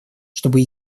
чтобы